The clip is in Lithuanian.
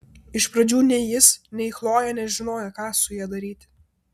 iš pradžių nei jis nei chlojė nežinojo ką su ja daryti